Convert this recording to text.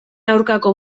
aurkako